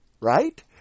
Right